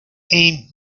aim